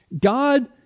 God